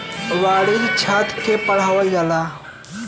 वाणिज्य छात्र के पढ़ावल जाला